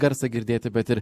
garsą girdėti bet ir